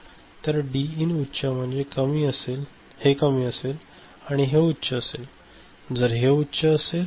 तर D in उच्च म्हणजे हे कमी असेल आणि हे उच्च असते जर हे उच्च असेल तर